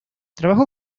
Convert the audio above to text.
trabajó